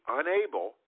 unable